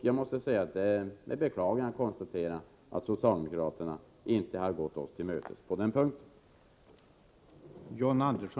Det är beklagligt att konstatera att socialdemokraterna inte har gått oss till mötes på den punkten.